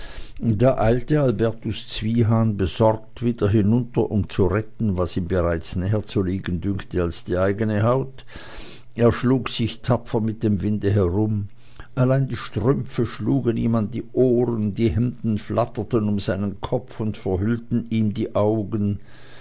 eilte albertus zwiehan besorgt wieder hinunter um zu retten was ihm bereits näher zu liegen dünkte als die eigene haut er schlug sich tapfer mit dem winde herum allein die strümpfe schlugen ihm an die ohren die hemden flatterten um seinen kopf und verhüllten ihm die augen